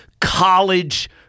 college